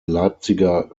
leipziger